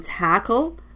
tackle